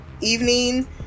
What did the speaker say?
evening